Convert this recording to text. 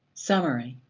summary.